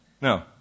No